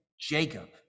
Jacob